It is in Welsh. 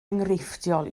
enghreifftiol